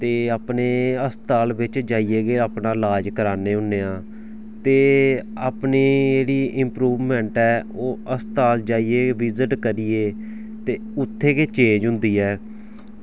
ते अपने अस्पताल बिच्च जाइयै गै अपना लाज करान्ने होन्ने आं ते अपनी जेह्ड़ी इम्प्रूवमैंट ऐ ओह् अस्पताल जाइयै विजट करियै ते उत्थै गै चेंज होंदी ऐ